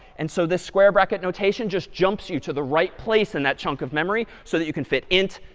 and so this square bracket notation just jumps you to the right place in that chunk of memory, so that you can fit int,